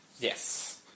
Yes